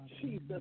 Jesus